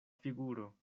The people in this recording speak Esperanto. figuro